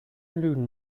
lügen